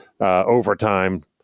overtime